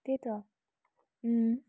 त्यही त